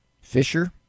Fisher